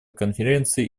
конференции